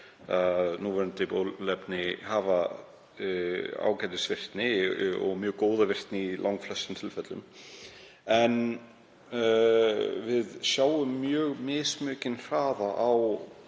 núverandi bóluefni hafa ágætisvirkni og mjög góða virkni í langflestum tilfellum, en við sjáum mismikinn hraða á